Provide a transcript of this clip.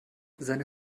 seine